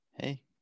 Hey